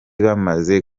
bamaze